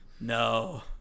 No